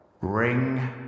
ring